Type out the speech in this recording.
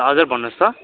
हजुर भन्नुहोस् त